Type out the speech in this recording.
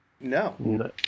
no